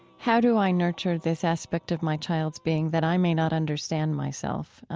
how do i nurture this aspect of my child's being that i may not understand myself?